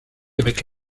avec